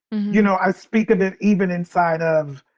you know, i speak of it even inside of